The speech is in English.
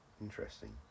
Interesting